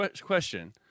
Question